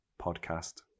podcast